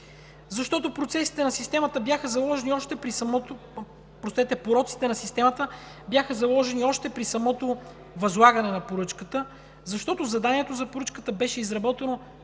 Защото пороците на системата бяха заложени още при самото възлагане на поръчката, защото заданието за поръчката беше изработено без